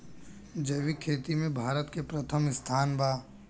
जैविक खेती में भारत के प्रथम स्थान बा